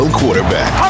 quarterback